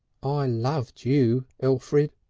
i loved you, elfrid,